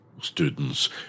students